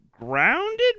grounded